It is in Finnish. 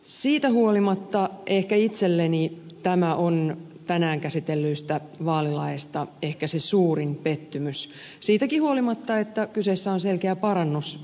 siitä huolimatta itselleni tämä on tänään käsitellyistä vaalilaeista ehkä se suurin pettymys siitäkin huolimatta että kyseessä on selkeä parannus entiseen